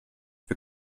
wir